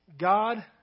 God